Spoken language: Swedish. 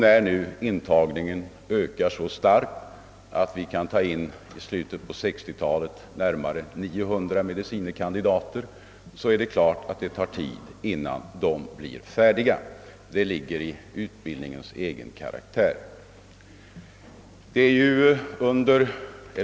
När intagningen nu ökar så starkt att vi i slutet på 1960-talet kan ta in närmare 900 medicine kandidater tar det naturligtvis tid innan det ger utslag — det ligger i utbildningens egen karaktär.